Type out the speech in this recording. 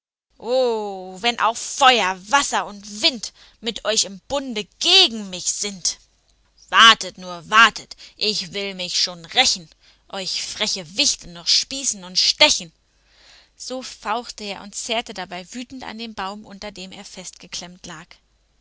wenn auch feuer wasser und wind mit euch im bunde gegen mich sind wartet nur wartet ich will mich schon rächen euch freche wichte noch spießen und stechen so fauchte er und zerrte dabei wütend an dem baum unter dem er festgeklemmt lag